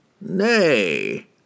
Nay